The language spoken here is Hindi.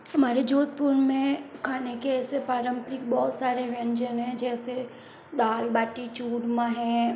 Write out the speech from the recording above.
हमारे जोधपुर में खाने के ऐसे पारम्परिक बहुत सारे व्यंजन हैं जैसे दाल बाटी चूरमा है